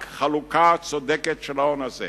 רק חלוקה צודקת של ההון הזה